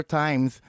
times